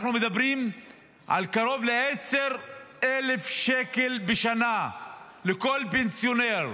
אנחנו מדברים על קרוב ל-10,000 שקל בשנה לכל פנסיונר,